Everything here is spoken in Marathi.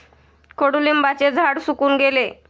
कडुलिंबाचे झाड सुकून गेले